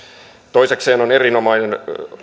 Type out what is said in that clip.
toisekseen on erinomainen